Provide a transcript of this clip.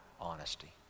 honesty